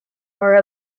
are